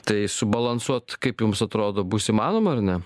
tai subalansuot kaip jums atrodo bus įmanoma ar ne